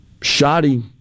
shoddy